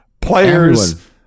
players